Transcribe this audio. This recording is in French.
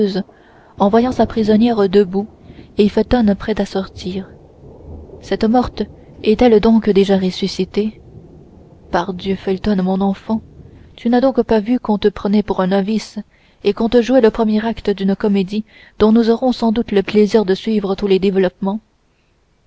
en voyant sa prisonnière debout et felton prêt à sortir cette morte est-elle donc déjà ressuscitée pardieu felton mon enfant tu n'as donc pas vu qu'on te prenait pour un novice et qu'on te jouait le premier acte d'une comédie dont nous aurons sans doute le plaisir de suivre tous les développements